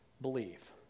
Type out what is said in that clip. believe